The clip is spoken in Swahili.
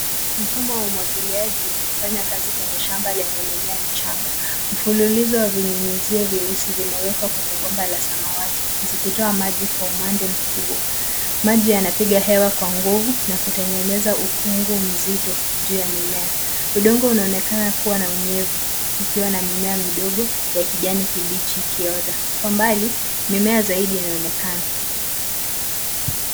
Mfumo wa umwagiliaji unafanya kazi kwenye shamba lenye mimea ya mchanga ,mfululizo wa vinyunyizie vyeusi vimewekwa kwenye bomba la samawati zikitoa maji kwa umande mkubwa, maji yanapiga hewa kwa nguvu na kutengeneza ukungu mzito juu ya mimea .udongo unaonekana kuwa na unyevu ukiwa na mimea midogo ya kijani kibichi ikiota kwa mbali mimea zaidi inaonekana.